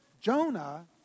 Jonah